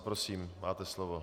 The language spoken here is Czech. Prosím, máte slovo.